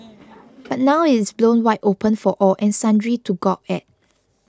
but now it is blown wide open for all and sundry to gawk at